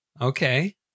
Okay